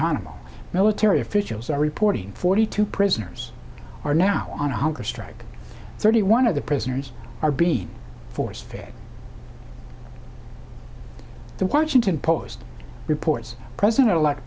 tunnels military officials are reporting forty two prisoners are now on hunger strike thirty one of the prisoners are being force fed the washington post reports president